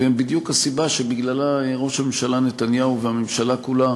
והם בדיוק הסיבה שבגללה ראש הממשלה נתניהו והממשלה כולה